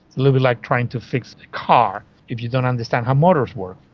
little bit like trying to fix a car if you don't understand how motors work.